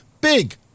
Big